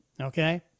Okay